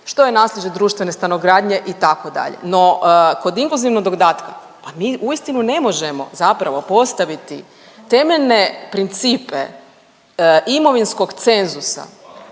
što je naslijeđe društvene stanogradnje itd. No kod inkluzivnog dodatka, pa mi uistinu ne možemo zapravo postaviti temeljne principe imovinskog cenzusa